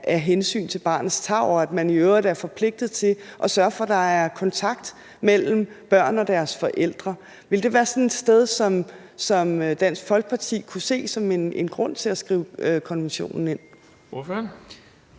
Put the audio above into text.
af hensyn til barnets tarv, og at man i øvrigt er forpligtet til at sørge for, at der er kontakt mellem børn og deres forældre. Ville det være sådan et punkt, som Dansk Folkeparti kunne se som en grund til at skrive konventionen ind i dansk